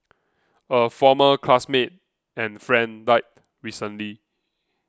a former classmate and friend died recently